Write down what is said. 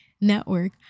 network